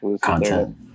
content